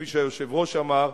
כפי שהיושב-ראש אמר,